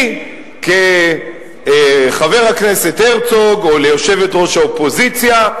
לי, כחבר הכנסת הרצוג, או ליושבת-ראש האופוזיציה,